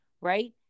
Right